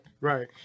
Right